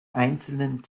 einzelnen